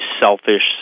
selfish